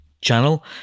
channel